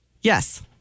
Yes